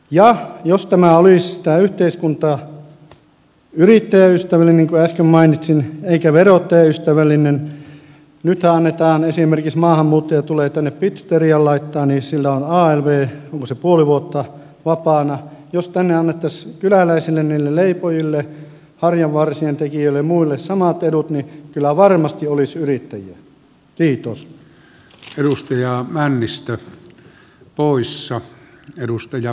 ja jos tämä yhteiskunta olisi yrittäjäystävällinen niin kuin äsken mainitsin eikä verottajaystävällinen nythän esimerkiksi kun maahanmuuttaja tulee tänne ja pitserian laittaa niin sillä on alv onko se puoli vuotta vapaana jos tänne annettaisiin kyläläisille niille leipojille harjanvarsien tekijöille ja muille samat edut niin kyllä varmasti olisi yrittäjiä